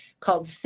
called